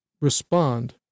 respond